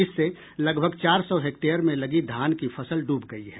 इससे लगभग चार सौ हेक्टेयर में लगी धान की फसल ड्रब गयी है